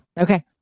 Okay